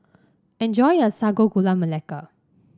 enjoy your Sago Gula Melaka